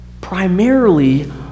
primarily